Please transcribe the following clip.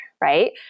right